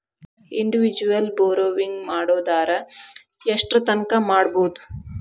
Individual borrowing ಮಾಡೊದಾರ ಯೆಷ್ಟರ್ತಂಕಾ ಮಾಡ್ಬೋದು?